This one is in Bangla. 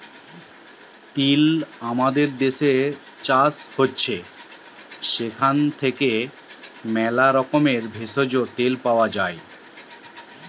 তিল মোদের দ্যাশের চাষ হতিছে সেখান হইতে ম্যালা রকমের ভেষজ, তেল পাওয়া যায়টে